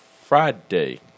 Friday